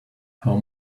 how